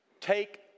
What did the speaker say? Take